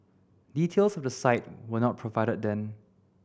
details of the site were not provided then